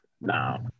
No